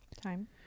time